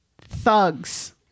thugs